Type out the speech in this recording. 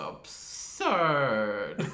absurd